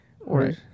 right